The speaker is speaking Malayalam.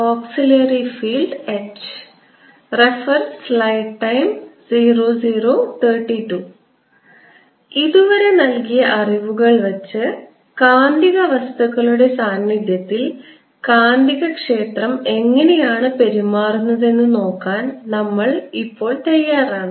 ഓക്സിലിയറി ഫീൽഡ് H ഇതുവരെ നൽകിയ അറിവുകൾ വച്ച് കാന്തിക വസ്തുക്കളുടെ സാന്നിധ്യത്തിൽ കാന്തികക്ഷേത്രം എങ്ങനെയാണ് പെരുമാറുന്നതെന്ന് നോക്കാൻ നമ്മൾ ഇപ്പോൾ തയ്യാറാണ്